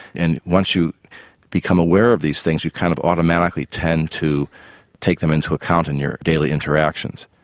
and once you become aware of these things you kind of automatically tend to take them into account in your daily interactions.